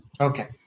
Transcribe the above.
Okay